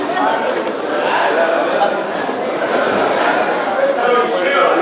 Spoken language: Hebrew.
פיצול דירות) (הוראת שעה),